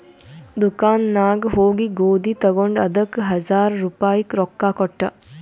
ದುಕಾನ್ ನಾಗ್ ಹೋಗಿ ಗೋದಿ ತಗೊಂಡ ಅದಕ್ ಹಜಾರ್ ರುಪಾಯಿ ರೊಕ್ಕಾ ಕೊಟ್ಟ